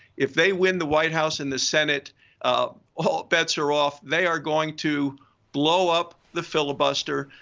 if they win the white house and the senate all bets are off. they are going to blow up the filibuster.